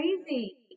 crazy